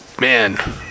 man